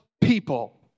people